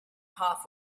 half